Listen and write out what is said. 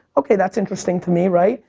ok, that's interesting to me, right?